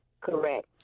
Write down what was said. Correct